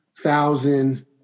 thousand